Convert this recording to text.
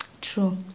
True